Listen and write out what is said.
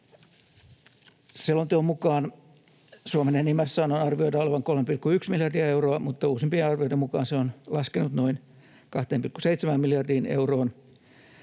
Selonteon mukaan Suomen enimmäissaannon arvioidaan olevan 3,1 miljardia euroa, mutta uusimpien arvioiden mukaan se on laskenut noin 2,7 miljardiin euroon.